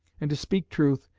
and to speak truth,